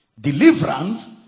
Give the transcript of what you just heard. Deliverance